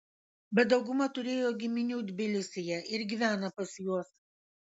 bet dauguma turėjo giminių tbilisyje ir gyvena pas juos